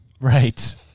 right